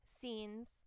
scenes